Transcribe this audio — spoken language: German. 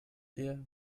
ihr